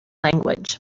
language